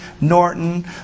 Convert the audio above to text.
Norton